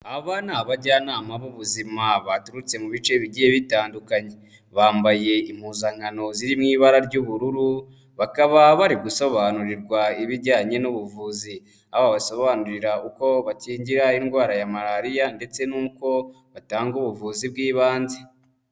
Aba ni abajyanama b'ubuzima baturutse mu bice bigiye bitandukanye, bambaye impuzankano ziri mu ibara ry'ubururu bakaba bari gusobanurirwa ibijyanye n'ubuvuzi aho babasobanurira uko bakingira indwara ya Malariya ndetse n'uko batanga ubuvuzi bw'ibanze.